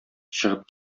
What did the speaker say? чыгып